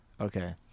Okay